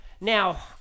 Now